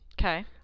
Okay